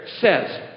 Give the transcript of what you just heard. says